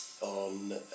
On